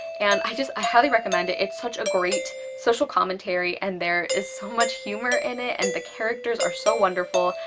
and i just, i highly recommend it it's such a great social commentary and there is so much humor in it and the characters are so wonderful.